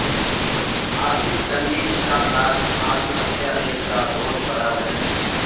आर्थिक तंगी किसान लार आत्म्हात्यार एक टा बहुत बड़ा वजह छे